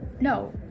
No